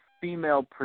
female